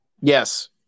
Yes